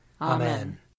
Amen